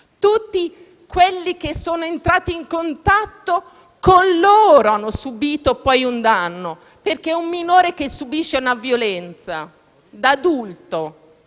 tutti coloro che sono entrati in contatto con loro - hanno subito un danno, perché un minore che subisce una violenza da adulto